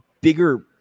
bigger